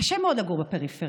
קשה מאוד לגור בפריפריה.